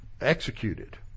executed